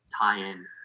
tie-in